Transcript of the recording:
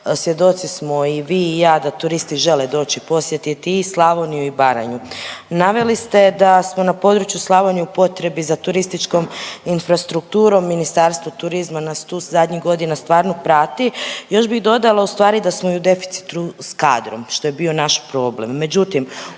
Svjedoci smo i vi i ja da turisti žele doći posjetiti i Slavoniju i Baranju. Naveli ste da smo na području Slavonije u potrebi za turističkom infrastrukturom, Ministarstvo turizma nas tu zadnjih godina stvarno prati, još bih dodala, ustvari i da smo u deficitu s kadrom, što je bio naš problem.